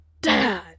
Dad